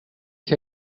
ich